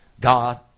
God